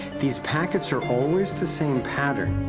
these packets are always the same pattern,